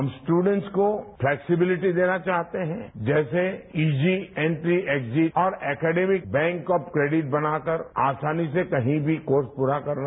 हम स्टूडेंट्स को प्लैक्सीब्लिटी देना चाहते हैं जैसे इजी एंट्री एण्जिट और एकेडेमिक बैंक ऑफ क्रोडिट बनाकर आसानी से कहीं भी कोर्स पूरा करना